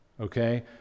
okay